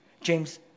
James